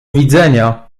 widzenia